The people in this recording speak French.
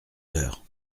heures